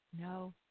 No